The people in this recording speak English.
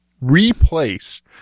replace